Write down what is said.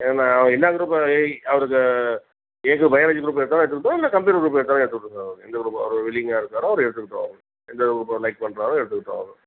ஏனால் எல்லாம் குரூப்பும் அவருக்கு ஏ குரூப் பயாலஜி குரூப் எடுத்தாலும் எடுத்துக்கிட்டும் இல்லை கம்ப்யூட்டர் குரூப்பு எடுத்தாலும் எடுத்துக்கிட்டும் சார் அவரு எந்த குரூப்பு அவரு வில்லிங்காக இருக்காரோ அவரு எடுத்துக்கிட்டும் அவரு எந்த குரூப்பை அவரு லைக் பண்ணுறாரோ எடுத்துக்கிட்டும் அவரு